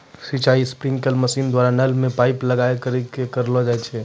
सिंचाई sprinkler machine द्वारा नल मे पाइप लगाय करि क करलो जाय छै